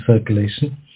circulation